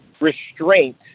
restraint